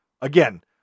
Again